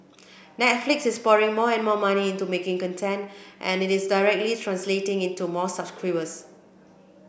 Netflix is pouring more and more money into making content and it is directly translating into more subscribers